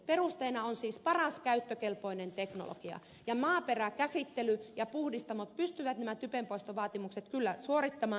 perusteena on siis paras käyttökelpoinen teknologia ja maaperäkäsittely ja puhdistamot pystyvät nämä typenpoistovaatimukset kyllä suorittamaan